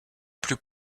plus